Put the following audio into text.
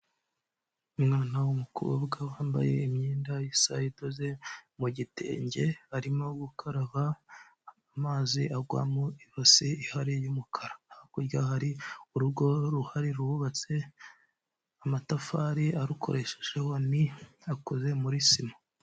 Umwana w'umukobwa wambaye imyenda isa idoze mu gitenge, arimo gukaraba amazi agwa mu ibase ihari y'umukara, hakurya hari urugo ruhari ruhubatse amatafari arukoreshejeho ni akoze muri sima.